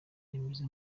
rimeze